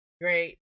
great